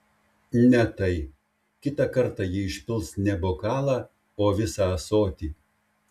ne tai kitą kartą ji išpils ne bokalą o visą ąsotį